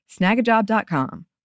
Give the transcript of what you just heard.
Snagajob.com